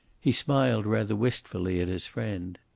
he smiled rather wistfully at his friend.